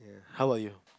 how are you